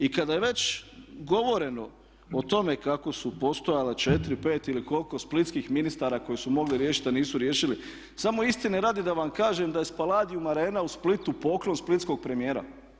I kada je već govoreno o tome kako su postojala 4, 5 ili koliko splitskih ministara koji su mogli riješiti a nisu riješili, samo istine radi da vam kažem da je Spaladium Arena u Splitu poklon splitskog premijera.